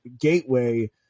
gateway